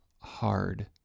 hard